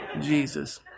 Jesus